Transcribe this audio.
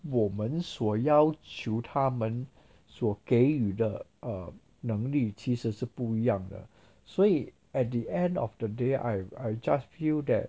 我们所要求他们所给予的能力其实是不一样的所以 at the end of the day I I just feel that